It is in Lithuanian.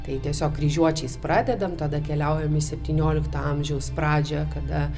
tai tiesiog kryžiuočiais pradedam tada keliaujam į septyniolikto amžiaus pradžią kada